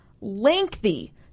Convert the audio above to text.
lengthy